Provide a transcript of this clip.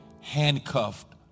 handcuffed